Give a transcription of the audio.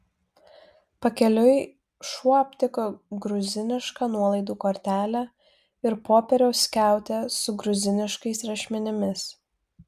pakeliui šuo aptiko gruzinišką nuolaidų kortelę ir popieriaus skiautę su gruziniškais rašmenimis